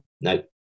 No